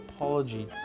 apology